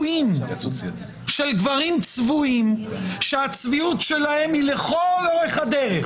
צבועים שהצביעות שלהם היא לכל אורך הדרך.